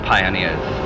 Pioneers